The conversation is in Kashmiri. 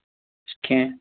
کیٚنٛہہ